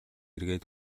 эргээд